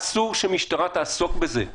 אסור שמשטרה תעסוק בזה.